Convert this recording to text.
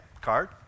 card